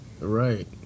Right